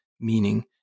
meaning